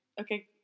Okay